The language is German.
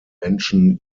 menschen